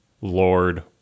Lord